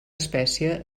espècie